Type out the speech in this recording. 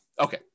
Okay